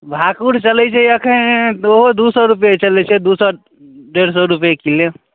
भाकुर चलै छै अखन दो दू सए रुपैये चलै छै दू सए डेढ़ सए रुपैये किलो